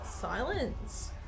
silence